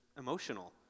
emotional